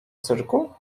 cyrku